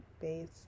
base